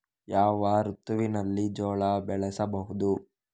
ಯಾವ ಋತುವಿನಲ್ಲಿ ಜೋಳ ಬೆಳೆಸಬಹುದು?